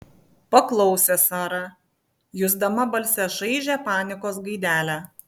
paklausė sara jusdama balse šaižią panikos gaidelę